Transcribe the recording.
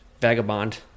Vagabond